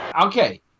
okay